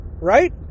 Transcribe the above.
right